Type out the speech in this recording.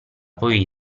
poi